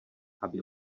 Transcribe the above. aby